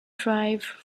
drive